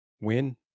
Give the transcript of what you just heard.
win